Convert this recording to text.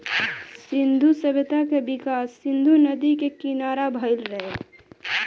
सिंधु सभ्यता के विकास सिंधु नदी के किनारा भईल रहे